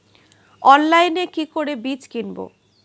অনলাইনে কি করে বীজ কিনব?